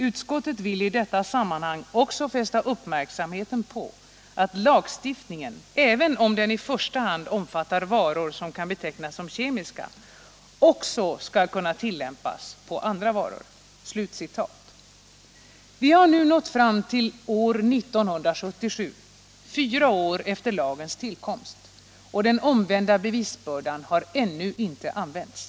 Utskottet vill i detta sammanhang också fästa uppmärksamheten på att lagstiftningen även om den i första hand omfattar varor som kan betecknas som kemiska också skall kunna tillämpas på andra varor.” Vi har nu nått fram till år 1977 — fyra år efter lagens tillkomst — och den omvända bevisbördan har ännu inte använts.